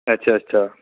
अच्छा अच्छा